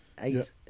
eight